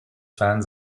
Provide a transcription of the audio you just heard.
fern